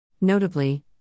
Notably